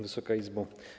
Wysoka Izbo!